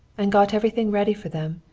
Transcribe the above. and got everything ready for them.